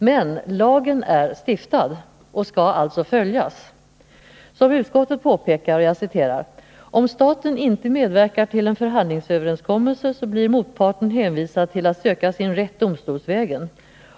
Men lagen är stiftad och skall alltså följas. Utskottet påpekar på s. 8 i betänkandet: ”Om staten inte medverkar till en förhandlingsöverenskommelse blir motparten hänvisad till att söka sin rätt domstolsvägen.